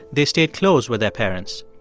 they stayed close with their parents.